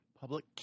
Public